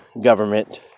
government